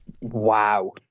Wow